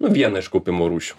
nu vieną iš kaupimo rūšių